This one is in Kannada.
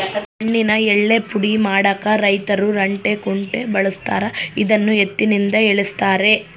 ಮಣ್ಣಿನ ಯಳ್ಳೇ ಪುಡಿ ಮಾಡಾಕ ರೈತರು ರಂಟೆ ಕುಂಟೆ ಬಳಸ್ತಾರ ಇದನ್ನು ಎತ್ತಿನಿಂದ ಎಳೆಸ್ತಾರೆ